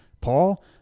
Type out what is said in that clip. Paul